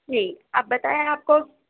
جی آپ بتائیں آپ کو